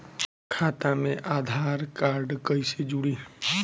खाता मे आधार कार्ड कईसे जुड़ि?